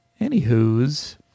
Anywho's